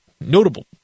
notable